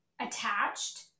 attached